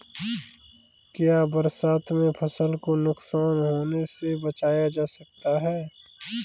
क्या बरसात में फसल को नुकसान होने से बचाया जा सकता है?